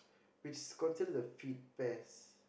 which considers a fit test